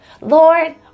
Lord